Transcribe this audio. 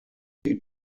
they